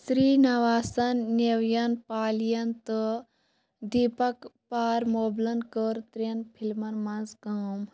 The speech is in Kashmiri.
سری نواسَن نیوین پالی یَن تہٕ دیٖپک پارمبولَن كٔر ترٛٮ۪ن فِلمَن منٛز کٲم